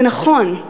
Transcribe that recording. זה נכון,